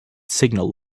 signal